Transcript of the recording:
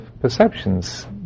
perceptions